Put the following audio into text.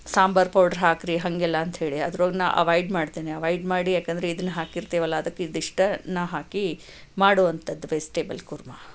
sambar powder ಹಾಕಿರಿ ಹಾಗೆಲ್ಲ ಅಂತ ಹೇಳಿ ಅದ್ರೊಳಗೆ ನಾನು ಅವಾಯ್ಡ್ ಮಾಡ್ತೀನಿ ಅವಾಯ್ಡ್ ಮಾಡಿ ಯಾಕೆಂದರೆ ಇದನ್ನ ಹಾಕಿರ್ತೀವಲ್ಲ ಅದಕ್ಕೆ ಇದು ಇಷ್ಟ ನಾನು ಹಾಕಿ ಮಾಡುವಂಥದ್ದು ವೆಜ್ಟೇಬಲ್ ಕುರ್ಮ